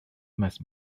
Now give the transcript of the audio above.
must